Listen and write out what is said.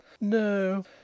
No